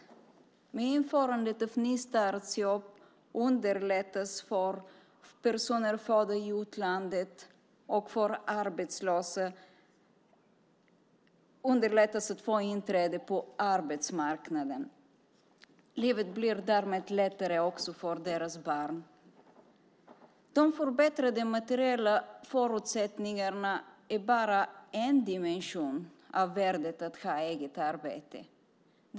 Med införandet av nystartsjobb underlättas för personer födda i utlandet och för arbetslösa att få inträde på arbetsmarknaden. Livet blir därmed lättare också för deras barn. De förbättrade materiella förutsättningarna är bara en dimension av värdet att ha eget arbete.